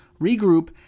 regroup